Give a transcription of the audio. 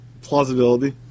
plausibility